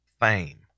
fame